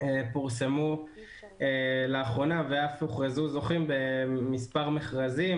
פורסמו לאחרונה ואף הוכרזו זוכים במספר מכרזים,